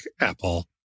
Apple